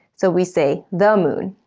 so we say the moon.